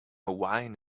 wine